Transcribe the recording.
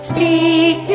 Speak